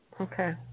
okay